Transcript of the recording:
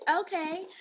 Okay